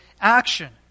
action